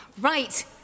Right